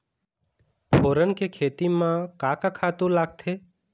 फोरन के खेती म का का खातू लागथे?